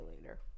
later